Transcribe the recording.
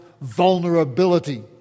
vulnerability